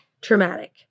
Traumatic